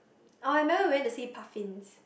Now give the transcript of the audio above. oh I remember we went to see puffins